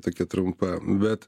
tokia trumpa bet